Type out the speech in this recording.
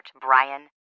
Brian